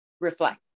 Reflect